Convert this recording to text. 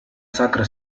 sacra